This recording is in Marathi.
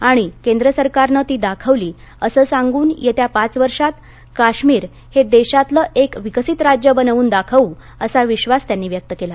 आणि केंद्र सरकारनं ती दाखवली असं सांगून येत्या पाच वर्षात काश्मीर हे देशातलं एक विकसित राज्य बनवून दाखवू असा विश्वास त्यांनी व्यक्त केला